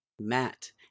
Matt